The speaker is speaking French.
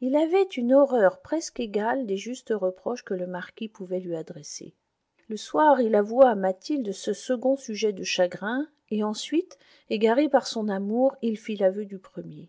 il avait une horreur presque égale des justes reproches que le marquis pouvait lui adresser le soir il avoua à mathilde ce second sujet de chagrin et ensuite égaré par son amour il fit l'aveu du premier